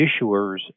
issuers